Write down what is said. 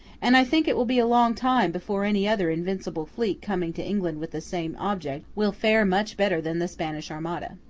and i think it will be a long time before any other invincible fleet coming to england with the same object, will fare much better than the spanish armada.